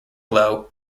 lowe